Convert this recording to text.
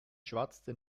schwatzte